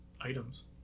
items